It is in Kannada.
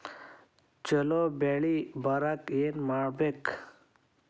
ಛಲೋ ಬೆಳಿ ಬರಾಕ ಏನ್ ಮಾಡ್ಬೇಕ್?